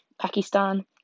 Pakistan